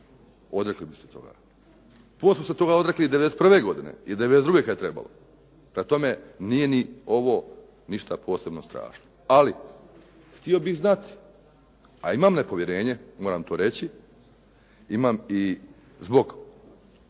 odrekli bi se toga. Puno smo se toga odrekli i '91. godine i '92. kada je trebalo, prema tome nije ni ovo ništa posebno strašno. Ali htio bih znati, a imam nepovjerenje, moram to reći, imam i zbog